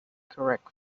correct